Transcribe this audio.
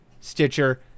Stitcher